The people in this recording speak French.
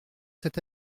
cet